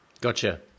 Gotcha